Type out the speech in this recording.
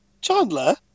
Chandler